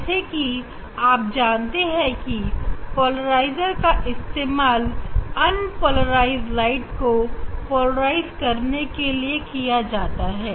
जैसे कि आप जानते हैं कि पोलराइजर का इस्तेमाल अन्पोलराइज ्लाइट को पोलराइज करने के लिए किया जाता है